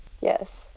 Yes